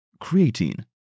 Creatine